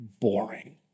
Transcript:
boring